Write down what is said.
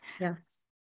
Yes